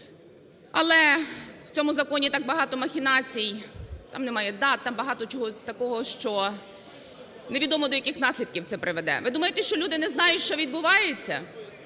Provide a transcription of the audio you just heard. Але в цьому законі так багато махінацій, там немає дат, там багато чого такого, що невідомо до яких наслідків це приведе. Ви думаєте, що люди не знають що відбувається?